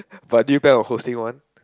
but did you buy the hosing one